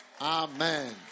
Amen